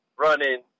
running